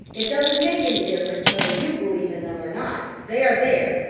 it doesn't make any difference whether you believe in them or not, they are there.